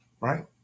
right